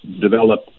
develop